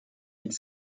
mille